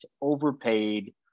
overpaid